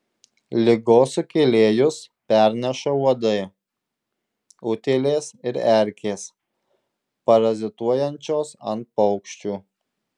ligos sukėlėjus perneša uodai utėlės ir erkės parazituojančios ant paukščių